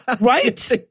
right